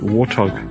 Warthog